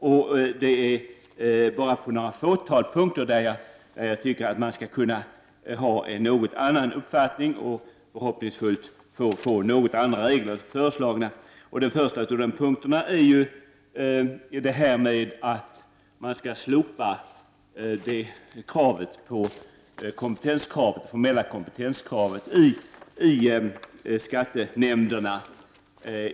På bara ett fåtal punkter tycker jag att man kan ha en något annan uppfattning och önska andra regler. Den första punkten gäller slopandet av formellt kompetenskrav hos ledamotiskattenämnd.